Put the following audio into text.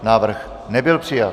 Návrh nebyl přijat.